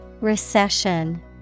Recession